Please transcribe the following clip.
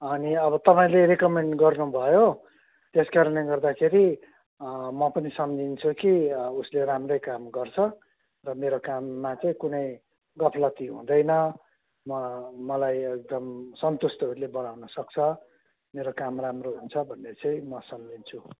अनि अब तपाईँले रेकमेन्ड गर्नु भयो त्यसकारणले गर्दाखेरि म पनि सम्झिन्छु कि उसले राम्रै काम गर्छ र मेरो काममा चाहिँ कुनै गफलक्की हुँदैन म मलाई एकदम सन्तुष्ट उसले बनाउनसक्छ मेरो काम राम्रो हुन्छ भन्ने चाहिँ म सम्झिन्छु